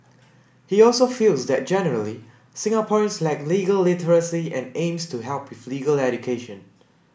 he also feels that generally Singaporeans lack legal literacy and aims to help with legal education